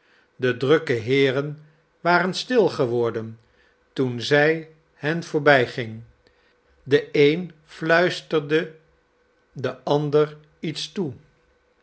de drukke heeren waren stil geworden toen zij hen voorbijging de een fluisterde den ander iets toe